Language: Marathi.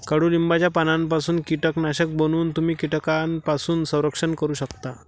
कडुलिंबाच्या पानांपासून कीटकनाशक बनवून तुम्ही कीटकांपासून संरक्षण करू शकता